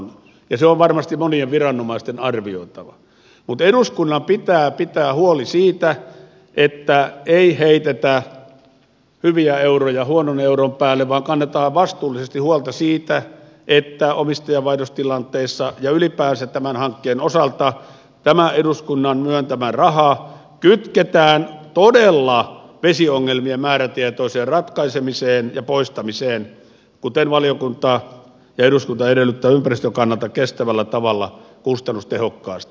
se on varmasti monien viranomaisten arvioitava mutta eduskunnan pitää pitää huoli siitä että ei heitetä hyviä euroja huonon euron päälle vaan kannetaan vastuullisesti huolta siitä että omistajanvaihdostilanteissa ja ylipäänsä tämän hankkeen osalta tämä eduskunnan myöntämä raha kytketään todella vesiongelmien määrätietoiseen ratkaisemiseen ja poistamiseen kuten valiokunta ja eduskunta edellyttävät ympäristön kannalta kestävällä tavalla kustannustehokkaasti